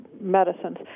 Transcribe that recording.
medicines